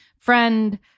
friend